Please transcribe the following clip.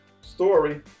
story